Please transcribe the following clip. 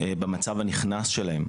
במצב הנכנס שלהם.